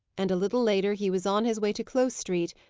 and a little later, he was on his way to close street,